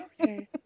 Okay